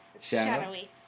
Shadowy